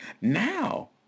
now